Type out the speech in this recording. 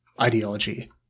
ideology